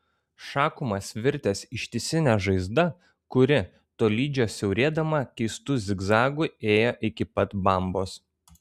šakumas virtęs ištisine žaizda kuri tolydžio siaurėdama keistu zigzagu ėjo iki pat bambos